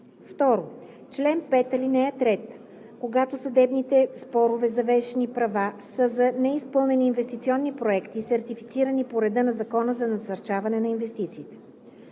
2. член 5, ал. 3, когато съдебните спорове за вещни права са за неизпълнени инвестиционни проекти, сертифицирани по реда на Закона за насърчаване на инвестициите.